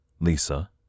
Lisa